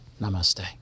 Namaste